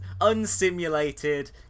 unsimulated